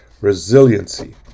Resiliency